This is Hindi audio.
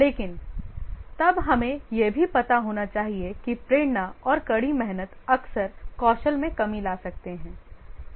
लेकिन तब हमें यह भी पता होना चाहिए कि प्रेरणा और कड़ी मेहनत अक्सर कौशल में कमी ला सकते हैं